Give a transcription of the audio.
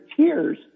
tears